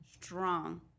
strong